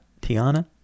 Tiana